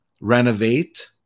renovate